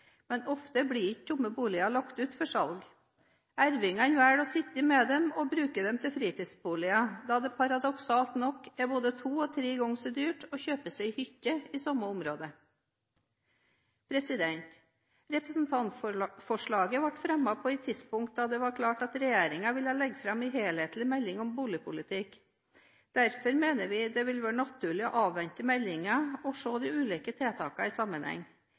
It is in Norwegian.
men ofte blir ikke tomme boliger lagt ut for salg. Arvingene velger å sitte med dem og bruke dem til fritidsboliger, da det paradoksalt nok er både to og tre ganger så dyrt å kjøpe seg hytte i samme området. Representantforslaget ble fremmet på et tidspunkt da det var klart at regjeringen ville legge fram en helhetlig melding om boligpolitikk. Derfor mener vi det vil være naturlig å avvente meldingen og se de ulike tiltakene i sammenheng.